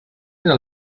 era